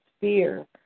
fear